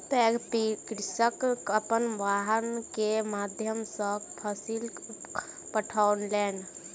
पैघ कृषक अपन वाहन के माध्यम सॅ फसिल पठौलैन